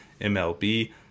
MLB